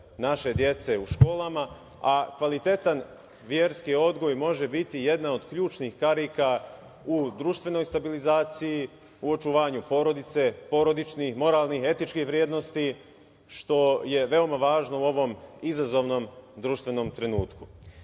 naše dece u školama, a kvalitetan verski odgoj može biti jedna od ključnih karika u društvenoj stabilizaciji, u očuvanju porodice, porodičnih, moralnih, etičkih vrednosti, što je veoma važno u ovom izazovnom društvenom trenutku. Siguran